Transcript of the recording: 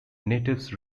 natives